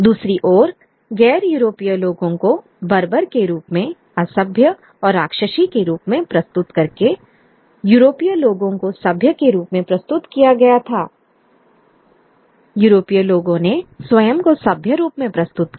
दूसरी ओर गैर यूरोपीय लोगों को बर्बर के रूप में असभ्य और राक्षसी के रूप में प्रस्तुत करके यूरोपीय लोगों को सभ्य के रूप में प्रस्तुत किया गया था I यूरोपीय लोगों ने स्वयं को सभ्य रूप में प्रस्तुत किया